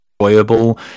enjoyable